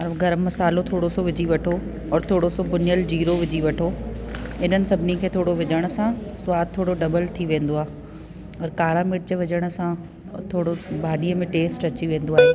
ओर गर्मु मसालो थोरो सो विझी वठो और थोरो सो भुनियल जीरो विझी वठो हिननि सभिनी खे थोरो विझण सां सवादु थोरो डबल थी वेंदो आहे और कारा मिर्च विझण सां थोरो भाॼीअ में टेस्ट अची वेंदो आहे